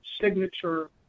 signature